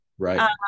Right